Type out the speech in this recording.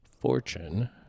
Fortune –